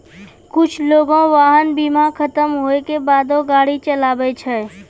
कुछु लोगें वाहन बीमा खतम होय के बादो गाड़ी चलाबै छै